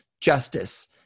justice